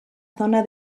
zona